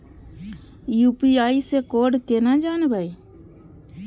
UPI से code केना जानवै?